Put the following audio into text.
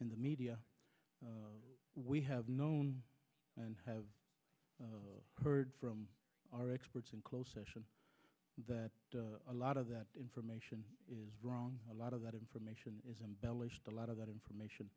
in the media we have known and have heard from our experts in closed session that a lot of that information is wrong a lot of that information is embellished a lot of that information